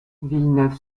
villeneuve